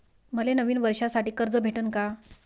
मले नवीन वर्षासाठी कर्ज भेटन का?